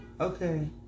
okay